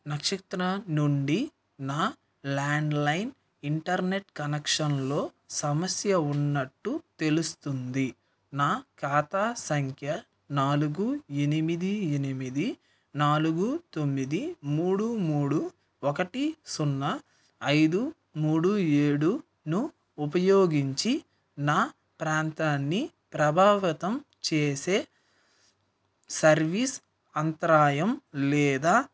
నక్షత్ర నుండి నా ల్యాండ్లైన్ ఇంటర్నెట్ కనెక్షన్లో సమస్య ఉన్నట్టు తెలుస్తుంది నా ఖాతా సంఖ్య నాలుగు ఎనిమిది ఎనిమిది నాలుగు తొమ్మిది మూడు మూడు ఒకటి సున్నా ఐదు మూడు ఏడును ఉపయోగించి నా ప్రాంతాన్ని ప్రభావితం చేసే సర్వీస్ అంతరాయం లేదా